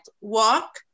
walk